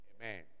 Amen